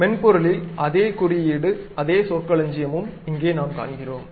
மென்பொருளில் அதே குறியீட்டு அதே சொற்களஞ்சியமும் இங்கே நாம் காண்கிறோம்